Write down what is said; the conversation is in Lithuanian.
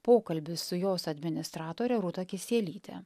pokalbis su jos administratore rūta kisielyte